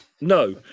No